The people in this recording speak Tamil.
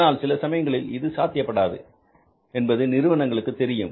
ஆனால் சில சமயங்களில் இது சாத்தியப்படாது என்பது நிறுவனங்களுக்கு தெரியும்